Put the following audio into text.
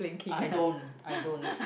I don't I don't